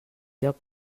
lloc